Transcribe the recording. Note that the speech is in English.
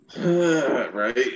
Right